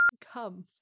Come